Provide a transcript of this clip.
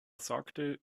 sagte